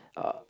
uh